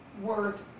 worth